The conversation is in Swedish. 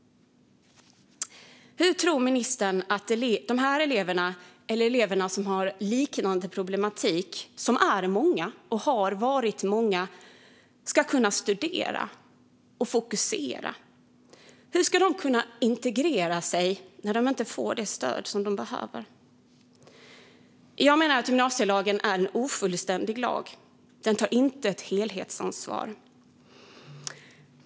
Hur tror ministern att de här eleverna eller elever som har liknande problematik - de är och har varit många - ska kunna studera och fokusera? Hur ska de kunna integrera sig när de inte får det stöd som de behöver? Jag menar att gymnasielagen är en ofullständig lag. Den tar inte ett helhetsansvar.